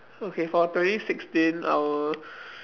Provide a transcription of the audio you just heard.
okay for twenty sixteen I will